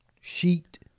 sheet